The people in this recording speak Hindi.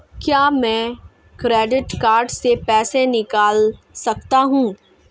क्या मैं क्रेडिट कार्ड से पैसे निकाल सकता हूँ?